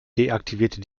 deaktivierte